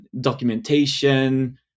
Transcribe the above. documentation